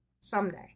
Someday